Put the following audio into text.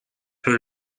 her